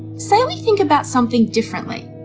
say we think about something differently,